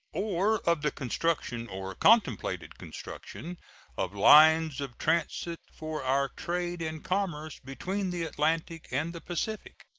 or of the construction or contemplated construction of lines of transit for our trade and commerce between the atlantic and the pacific.